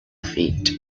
feet